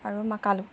আৰু মাকালো